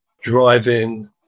driving